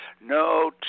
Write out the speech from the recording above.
no